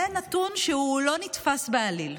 זה נתון שהוא לא נתפס בעליל.